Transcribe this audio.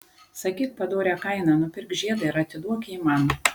sakyk padorią kainą nupirk žiedą ir atiduok jį man